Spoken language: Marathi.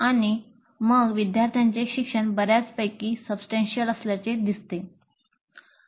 आणि जर विद्यार्थ्यांना अंतिम उत्पादन काय असावे या विषयी चर्चेत भाग घेण्यास परवानगी दिली तर ते पण ऊत्तम आहे